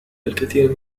الكثير